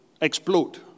explode